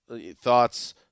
thoughts